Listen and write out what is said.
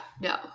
no